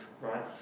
Right